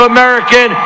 American